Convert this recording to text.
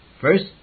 First